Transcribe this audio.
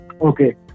Okay